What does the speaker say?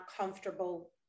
comfortable